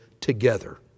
together